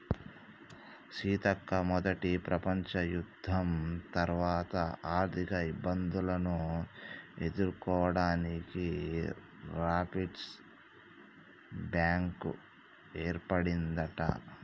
సీతక్క మొదట ప్రపంచ యుద్ధం తర్వాత ఆర్థిక ఇబ్బందులను ఎదుర్కోవడానికి రాపిర్స్ బ్యాంకు ఏర్పడిందట